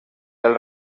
del